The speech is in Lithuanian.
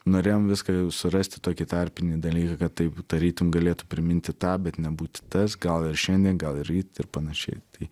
norėjom viską jau surasti tokį tarpinį dalyką kad taip tarytum galėtų priminti tą bet nebūti tas gal ir šiandien gal ir ryt ir panašiai tai